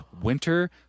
winter